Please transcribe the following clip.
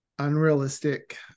unrealistic